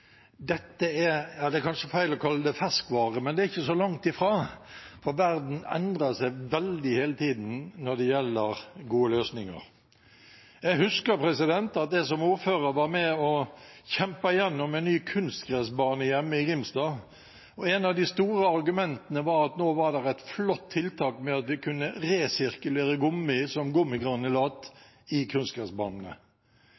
dette er ferskvare – det er kanskje feil å kalle det det, men det er ikke så langt ifra, for verden endrer seg veldig hele tiden når det gjelder gode løsninger. Jeg husker at jeg som ordfører var med og kjempet gjennom en ny kunstgressbane hjemme i Grimstad, og et av de store argumentene var at nå var det et flott tiltak med at vi kunne resirkulere gummi som